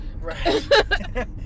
Right